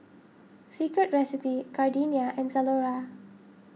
Secret Recipe Gardenia and Zalora